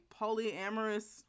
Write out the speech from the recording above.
polyamorous